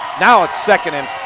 now it's second and